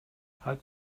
halt